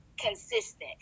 consistent